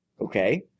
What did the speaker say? Okay